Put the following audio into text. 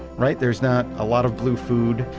right? there's not a lot of blue food.